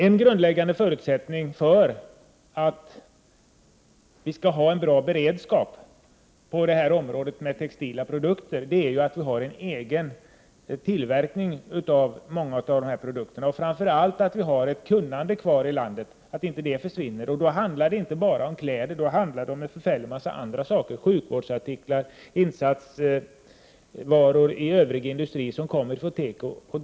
En grundläggande förutsättning för en bra beredskap på området textila produkter är en egen tillverkning av många av produkterna. Framför allt måste vi ha kvar ett kunnande i landet, och då handlar det inte bara om kläder utan om en mängd andra saker som sjukvårdsartiklar och insatsvaror i övrig industri.